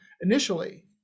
initially